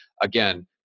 Again